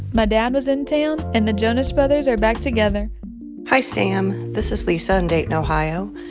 my dad was in town. and the jonas brothers are back together hi, sam. this is lisa in dayton, ohio.